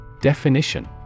Definition